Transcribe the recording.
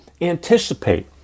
anticipate